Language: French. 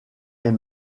est